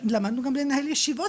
למדנו גם לנהל ישיבות,